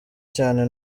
cyane